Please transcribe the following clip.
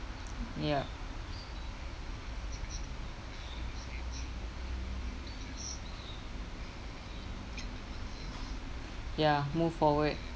yup ya move forward